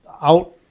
out